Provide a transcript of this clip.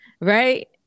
right